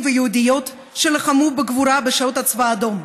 ויהודיות שלחמו בגבורה בשירות הצבא האדום,